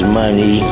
money